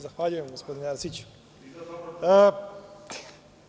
Zahvaljujem gospodine Arsiću.